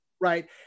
Right